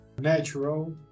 natural